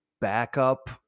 backup